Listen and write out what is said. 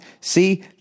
See